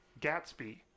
gatsby